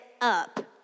up